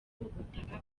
ubutaka